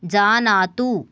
जानातु